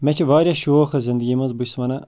مےٚ چھِ واریاہ شوق حظ زنٛدگی منٛز بہٕ چھِس ونان